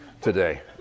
today